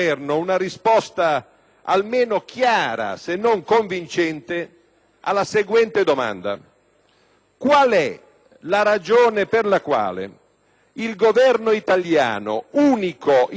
qual è la ragione per la quale il Governo italiano, unico in Europa e nel mondo occidentale, si rifiuta di usare anche la politica di bilancio per